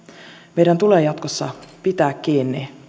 meidän tulee jatkossa pitää kiinni